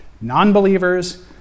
non-believers